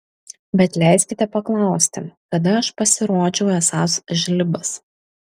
bet leiskite paklausti kada aš pasirodžiau esąs žlibas